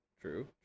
True